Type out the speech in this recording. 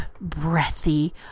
breathy